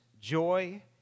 joy